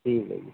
ٹھیک ہے جی